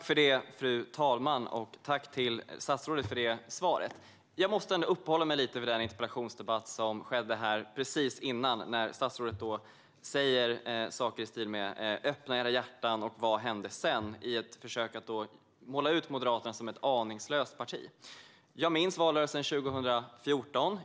Fru talman! Jag tackar statsrådet för svaret. Jag måste ändå uppehålla mig vid debatten om den förra interpellationen, då statsrådet sa saker i stil med: Öppna era hjärtan, och vad hände sedan? Det gör hon i ett försök att måla upp Moderaterna som ett aningslöst parti. Jag minns valrörelsen 2014.